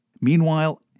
Meanwhile